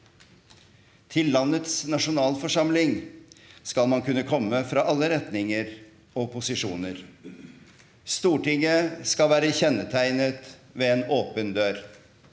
Til landets nasjonalforsamling skal man kunne komme fra alle retninger og posisjoner. Stortinget skal være kjennetegnet ved en åpen dør.